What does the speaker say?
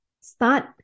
start